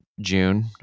June